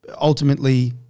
ultimately